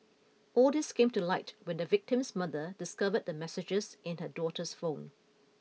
all these came to light when the victim's mother discovered the messages in her daughter's phone